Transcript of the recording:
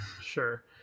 Sure